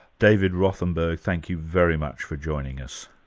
david rothenberg. thank you very much for joining us.